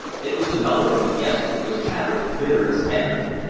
it was another of the guests who was chater's bitterest enemy.